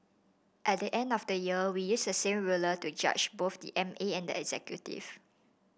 at the end of the year we use the same ruler to judge both the M A and the executive